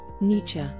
Nietzsche